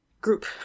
group